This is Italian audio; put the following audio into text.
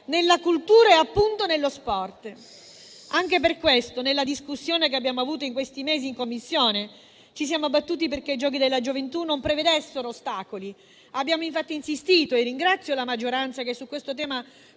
nella cultura e, appunto, nello sport. Anche per questo nella discussione che abbiamo avuto in questi mesi in Commissione ci siamo battuti perché i giochi della gioventù non prevedessero ostacoli. Abbiamo infatti insistito, e ringrazio la maggioranza che su questo tema